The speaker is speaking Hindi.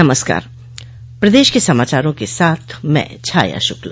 नमस्कार प्रदेश के समाचारों के साथ मैं छाया श्रक्ला